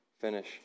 finish